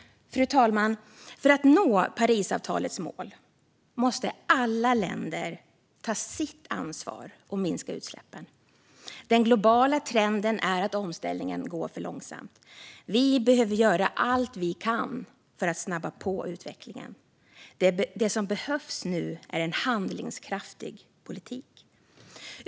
Fru talman! För att man ska nå Parisavtalets mål måste alla länder ta sitt ansvar och minska utsläppen. Den globala trenden är att omställningen går för långsamt. Vi behöver göra allt vi kan för att snabba på utvecklingen. Det som behövs nu är en handlingskraftig politik.